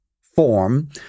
form